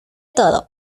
todo